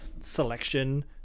selection